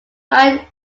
nine